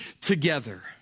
together